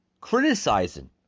criticizing